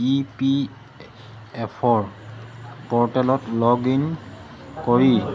ই P F O প'ৰ্টেলত log in কৰি